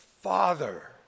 Father